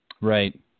Right